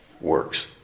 works